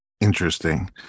Interesting